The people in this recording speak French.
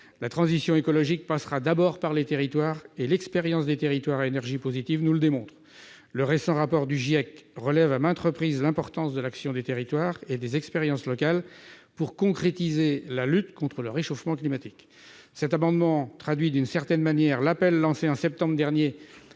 la transition écologique passera d'abord par les territoires. L'expérience des territoires à énergie positive nous le démontre. Le récent rapport du GIEC relève, à maintes reprises, l'importance de l'action des territoires et des expériences locales pour concrétiser la lutte contre le réchauffement climatique. Cet amendement tend à traduire, d'une certaine manière, l'appel lancé en septembre dernier